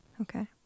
Okay